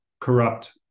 corrupt